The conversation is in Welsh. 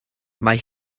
mae